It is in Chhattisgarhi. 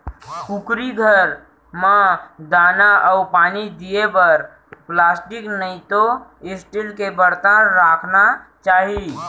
कुकरी घर म दाना अउ पानी दिये बर प्लास्टिक नइतो स्टील के बरतन राखना चाही